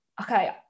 okay